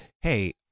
Hey